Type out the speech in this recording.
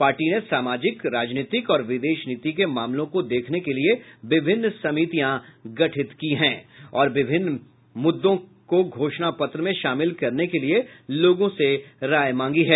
party ने सामाजिक राजनीतिक और विदेश नीति के मामलों को देखने के लिये विभिन्न समितियां गठित की है और विभिन्न मुदों को घोषणा पत्र में शामिल करने के लिये लोगों से राय मांगी है